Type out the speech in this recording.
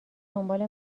دنبال